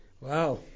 Wow